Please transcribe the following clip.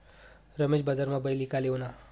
रमेश बजारमा बैल ईकाले ऊना